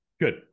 Good